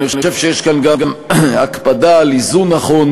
אני חושב שיש כאן גם הקפדה על איזון נכון